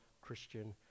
Christian